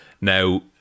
Now